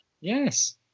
yes